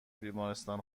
بیمارستان